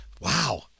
wow